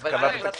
כי אז קבעת תקציב.